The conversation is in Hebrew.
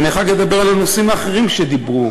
אחר כך אדבר על הנושאים האחרים שדיברו.